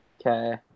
Okay